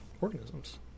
organisms